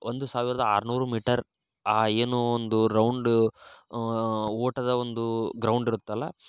ಒಂದು ಸಾವಿರದ ಆರುನೂರು ಮೀಟರ್ ಏನು ಒಂದು ರೌಂಡು ಓಟದ ಒಂದು ಗ್ರೌಂಡ್ ಇರುತ್ತಲ್ಲ